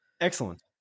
Excellent